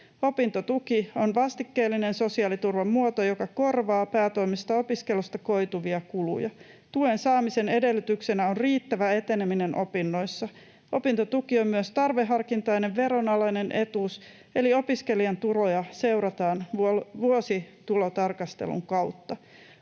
Opintotuki on vastikkeellinen sosiaaliturvan muoto, joka korvaa päätoimisesta opiskelusta koituvia kuluja. Tuen saamisen edellytyksenä on riittävä eteneminen opinnoissa. Opintotuki on myös tarveharkintainen, veronalainen etuus, eli opiskelijan tuloja seurataan vuositulotarkastelun kautta.